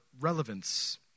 relevance